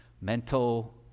Mental